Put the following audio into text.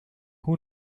who